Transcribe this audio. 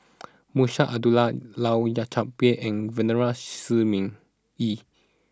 Munshi Abdullah Lau Chiap Khai and Venerable Shi Ming Yi